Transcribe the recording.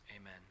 amen